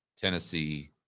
Tennessee